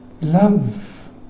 Love